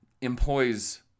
employs